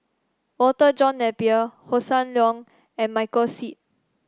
Walter John Napier Hossan Leong and Michael Seet